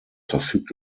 verfügt